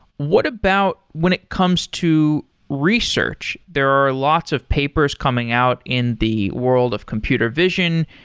what about when it comes to research? there are lots of papers coming out in the world of computer vision,